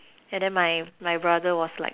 and then my my brother was like